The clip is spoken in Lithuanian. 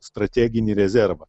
strateginį rezervą